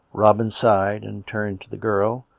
robin sighed, and turned to the girl,